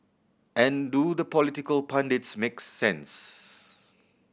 and do the political pundits make sense